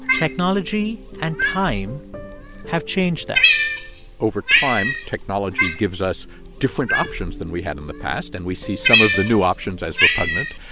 technology and time have changed that over time, technology gives us different options than we had in the past, and we see some of the new options as repugnant.